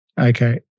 Okay